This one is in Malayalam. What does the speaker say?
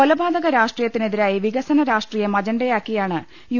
കൊലപാതക രാഷ്ട്രീയത്തിന് എതിരായി വികസന രാഷ്ട്രീയം അജണ്ടയാക്കിയാണ് യു